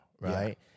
Right